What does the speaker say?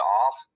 off